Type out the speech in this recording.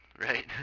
Right